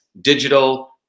digital